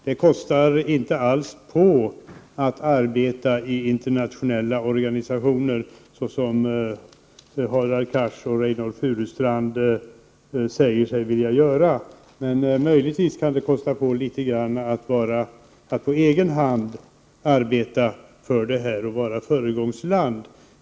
Det kostar inte alls på att arbeta i internationella organisationer, såsom Hadar Cars och Reynoldh Furustrand säger sig vilja göra. Möjligtvis kan det kosta på litet grand att på egen hand arbeta för detta och vara ett föregångsland.